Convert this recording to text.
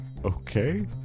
Okay